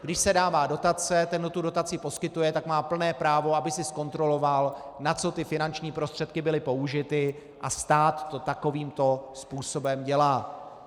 Když se dává dotace, ten, kdo tu dotaci poskytuje, má plné právo, aby si zkontroloval, na co ty finanční prostředky byly použity, a stát to takovýmto způsobem dělá.